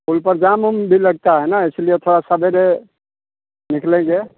पुल पर जाम उम भी लगता है ना इसीलिए थोड़ा सवेरे निकलेंगे